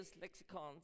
lexicons